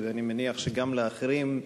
ואני מניח שגם לאחרים,